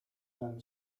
them